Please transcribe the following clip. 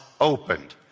opened